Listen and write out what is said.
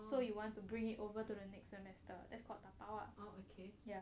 so you want to bring it over to the next semester that's call 打包 ah ya